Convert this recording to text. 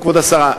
כבוד השרה,